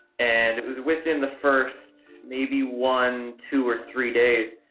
and it was within the first maybe one, two, or three days.